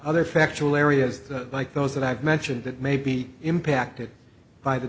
other factual areas like those that i've mentioned that may be impacted by the